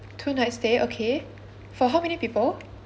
two nights stay okay for how many people